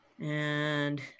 And-